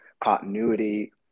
continuity